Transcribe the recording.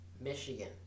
Michigan